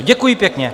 Děkuji pěkně.